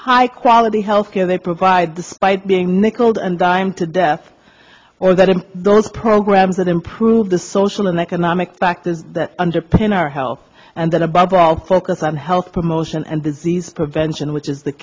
high quality health care they provide despite being nickeled and dimed to death or that in those programs that improve the social and economic factors that underpin our health and that above all focus on health promotion and disease prevention which is the